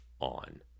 on